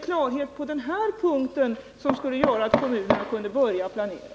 Klarhet på dessa områden skulle göra att kommunerna kunde börja planera.